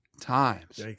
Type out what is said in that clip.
times